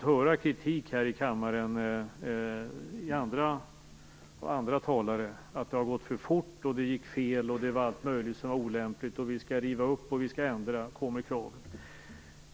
Av andra talare här i kammaren har vi ju fått kritik för att det har gått för fort, att det gick fel och att allt möjligt var olämpligt. Man kräver att vi skall riva upp och ändra.